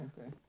Okay